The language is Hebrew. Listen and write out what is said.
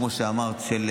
כמו שאמרת,